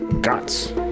Guts